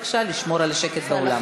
בבקשה לשמור על השקט באולם.